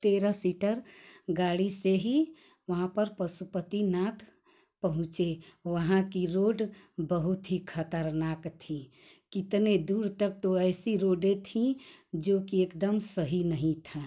तेरा सीटर गाड़ी से ही वहाँ पर पशुपतिनाथ पहुँचे वहाँ की रोड बहुत ही खतरनाक थी कितनी दूर तक तो ऐसी रोडे थीं जो कि एकदम सही नहीं था